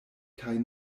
kaj